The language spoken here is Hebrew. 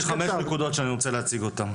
יש לי חמש נקודות שאני רוצה להציג אותן.